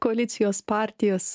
koalicijos partijos